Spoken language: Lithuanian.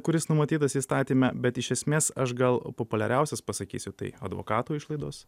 kuris numatytas įstatyme bet iš esmės aš gal populiariausias pasakysiu tai advokato išlaidos